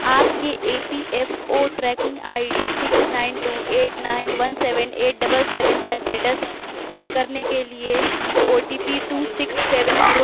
آپ کے E P F O tracking I D six nine two eight nine one seven eight double seven کا status check کرنے کے لیے O T P two six seven zero